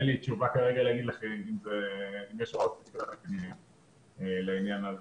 אין לי תשובה כרגע להגיד לכם אם יש הוראות לעניין הזה.